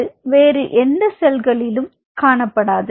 அது வேறு எந்த செல்களிலும் காணப்படாது